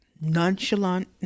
nonchalant